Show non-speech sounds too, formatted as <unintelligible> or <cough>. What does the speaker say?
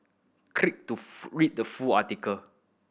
click to <unintelligible> read the full article